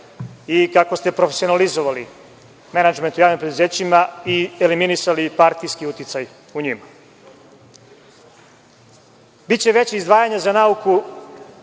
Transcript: i kako ste profesionalizovali menadžment u javnim preduzećima i eliminisali partijski uticaj u njima. Biće veća izdvajanja za nauku.